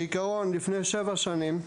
כעקרון, לפני שבע שנים,